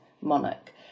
monarch